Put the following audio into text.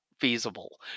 feasible